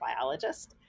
biologist